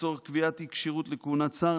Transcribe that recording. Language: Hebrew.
לצורך קביעת אי-כשירות לכהונת שר,